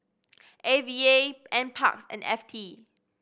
A V A Nparks and F T